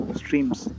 streams